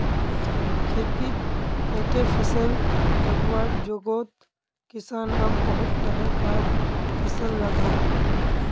खेतित एके फसल लगवार जोगोत किसान अब बहुत तरह कार फसल लगाहा